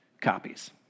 copies